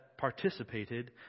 participated